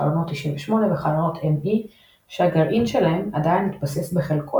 חלונות 98 וחלונות ME שהגרעין שלהם עדיין התבסס בחלקו